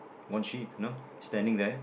one sheep you know standing there